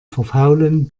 verfaulen